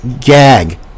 gag